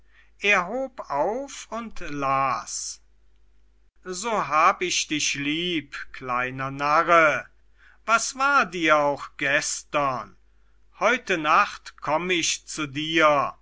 er hob auf und las so hab ich dich lieb kleiner narre was war dir auch gestern heute nacht komm ich zu dir